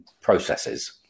processes